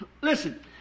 listen